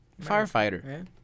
firefighter